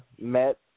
met